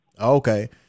Okay